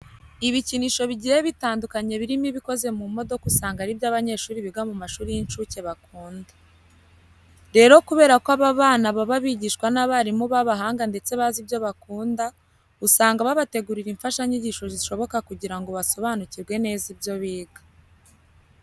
Ibikinisho bigiye bitandukanye birimo ibikoze mu modoka usanga ari byo abanyeshuri biga mu mashuri y'incuke bakunda. Rero kubera ko aba bana baba bigishwa n'abarimu b'abahanga ndetse bazi ibyo bakunda, usanga babategurira imfashanyigisho zishoboka kugira ngo basobanukirwe neza ibyo biga.